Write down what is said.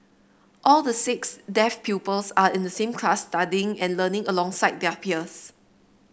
all the six deaf pupils are in the same class studying and learning alongside their peers